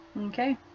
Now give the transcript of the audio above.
Okay